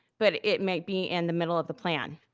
but it might be in the middle of the plan.